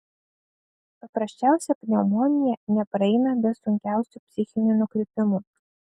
paprasčiausia pneumonija nepraeina be sunkiausių psichinių nukrypimų